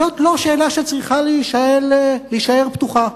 זאת לא שאלה שצריכה להישאר פתוחה.